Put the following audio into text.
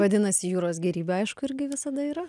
vadinasi jūros gėrybių aišku irgi visada yra